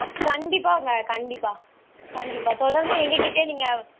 கண்டிப்பாங்க கண்டிப்பாக கண்டிப்பாக தொடர்ந்து எங்கள்கிட்டையே நீங்கள்